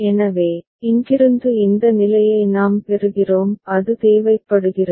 எனவே இங்கிருந்து இந்த நிலையை நாம் பெறுகிறோம் அது தேவைப்படுகிறது